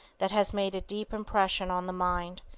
that has made a deep impression on the mind,